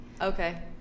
Okay